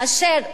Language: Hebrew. גברתי,